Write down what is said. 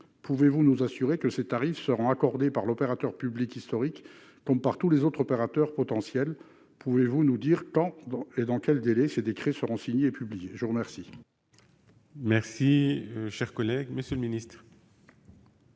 Pouvez-vous nous assurer que ces tarifs seront accordés par l'opérateur public historique comme par tous les autres opérateurs potentiels ? Pouvez-vous nous dire dans quels délais ces décrets seront signés et publiés ? La parole est à M. le secrétaire d'État. Monsieur Todeschini, je